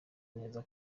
neza